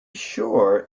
sure